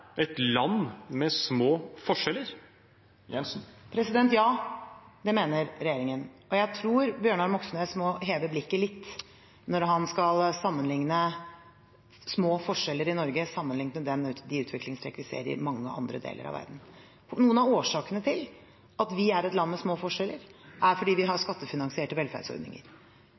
et land med små forskjeller? Ja, det mener regjeringen. Jeg tror Bjørnar Moxnes må heve blikket litt når han skal sammenligne små forskjeller i Norge med de utviklingstrekk vi ser i mange andre deler av verden. En av årsakene til at vi er et land med små forskjeller, er at vi har skattefinansierte velferdsordninger,